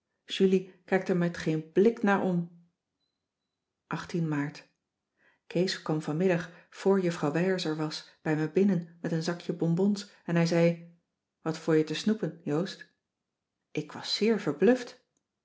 julie kijkt er met geen blik naar om aart ees kwam vanmiddag vor juffrouw wijers er was bij me binnen met een zakje bonbons en hij zei wat voor je te snoepen joost ik was zeer